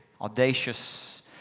audacious